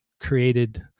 created